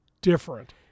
different